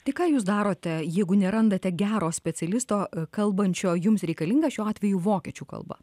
tai ką jūs darote jeigu nerandate gero specialisto kalbančio jums reikalinga šiuo atveju vokiečių kalba